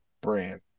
brand